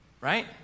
Right